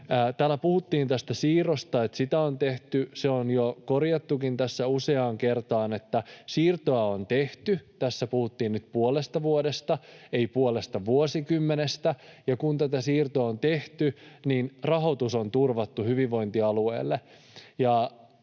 Täällä puhuttiin tästä siirrosta, että sitä on tehty. Se on jo korjattukin tässä useaan kertaan, että siirtoa on tehty, tässä puhuttiin nyt puolesta vuodesta, ei puolesta vuosikymmenestä, ja kun tätä siirtoa on tehty, niin rahoitus on turvattu hyvinvointialueelle.